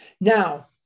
Now